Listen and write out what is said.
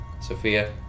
Sophia